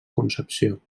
concepció